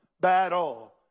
battle